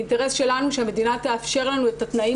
ואינטרס שלנו שהמדינה תאפשר לנו את התנאים